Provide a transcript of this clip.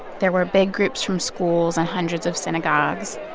there were big groups from schools and hundreds of synagogues.